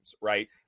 right